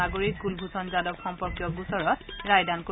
নাগৰিক কুলভূষণ যাদৱ সম্পৰ্কীয় গোচৰত ৰায়দান কৰিব